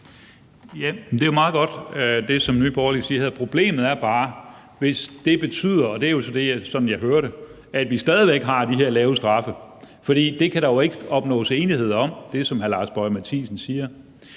Det er jo meget godt, hvad Nye Borgerlige siger her. Problemet er bare, hvis det betyder – og det er jo så det, som jeg hører – at vi stadig væk har de her lave straffe. For der kan jo ikke opnås enighed om det, som hr. Lars Boje Mathiesen siger.